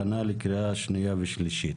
הכנה לקריאה שנייה ושלישית.